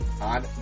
on